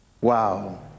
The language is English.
wow